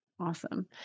Awesome